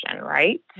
right